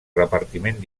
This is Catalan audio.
repartiment